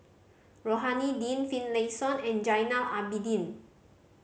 Rohani Din Finlayson and Zainal Abidin